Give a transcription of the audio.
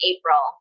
April